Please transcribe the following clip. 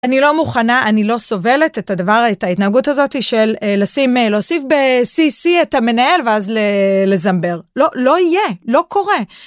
אני לא מוכנה, אני לא סובלת את ההתנהגות הזאת של לשים להוסיף ב-cc את המנהל ואז לזמבר, לא יהיה, לא קורה.